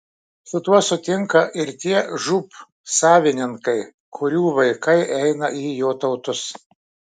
su tuo sutinka ir tie žūb pajininkai kurių vaikai eina į jotautus